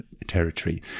territory